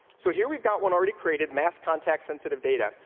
so here we've got one already created mass contact, sensitive data.